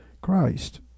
Christ